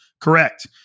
correct